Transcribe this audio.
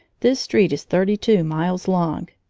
this street is thirty-two miles long,